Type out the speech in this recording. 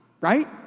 right